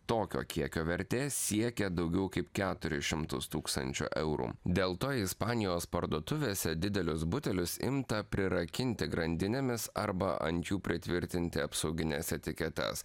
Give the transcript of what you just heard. tokio kiekio vertė siekia daugiau kaip keturis šimtus tūkstančių eurų dėl to ispanijos parduotuvėse didelius butelius imta prirakinti grandinėmis arba ant jų pritvirtinti apsaugines etiketes